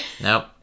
Nope